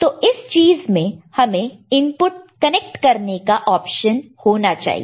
तो इस चीज में हमें इनपुट कनेक्ट करने का ऑप्शन होना चाहिए